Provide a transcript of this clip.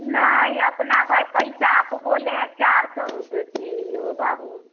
नहीं अपना भाई पैसा आप बोले हैं चार सौ रुपये किलो बाबू